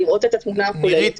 לראות את התמונה הכוללת.